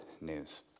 news